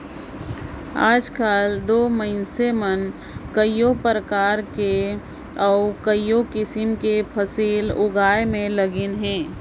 आएज काएल दो मइनसे मन कइयो परकार कर अउ कइयो किसिम कर फसिल उगाए में लगिन अहें